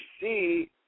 see